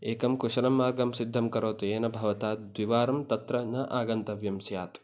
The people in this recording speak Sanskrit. एकं कुशलं मार्गं सिद्धं करोतु येन भवता द्विवारं तत्र न आगन्तव्यं स्यात्